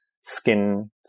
skin